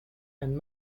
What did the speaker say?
and